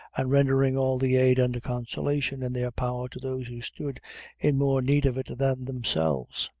and rendering all the aid and consolation in their power to those who stood in more need of it than themselves.